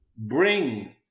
bring